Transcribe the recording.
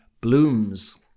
blooms